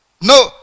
No